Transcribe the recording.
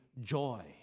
joy